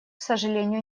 сожалению